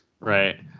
Right